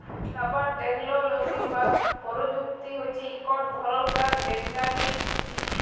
rubber টেকলোলজি বা পরযুক্তি হছে ইকট ধরলকার বৈগ্যালিক শিখ্খা